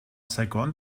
saigon